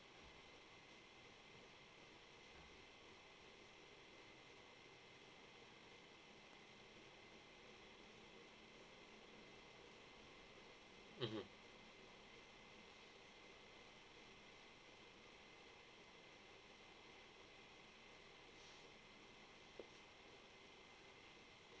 mmhmm